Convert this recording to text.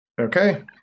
Okay